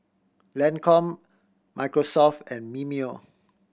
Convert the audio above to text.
Lancome Microsoft and Mimeo